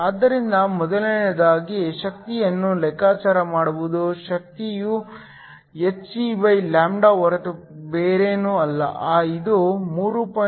ಆದ್ದರಿಂದ ಮೊದಲನೆಯದಾಗಿ ಶಕ್ತಿಯನ್ನು ಲೆಕ್ಕಾಚಾರ ಮಾಡುವುದು ಶಕ್ತಿಯು hcλ ಹೊರತು ಬೇರೇನೂ ಅಲ್ಲ ಇದು 3